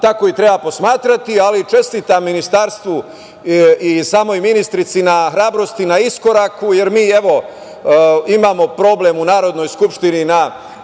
tako i treba posmatrati. Čestitam ministarstvu i samoj ministrici na hrabrosti na iskoraku, jer mi, evo, imamo problem u Narodnoj skupštini na